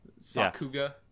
Sakuga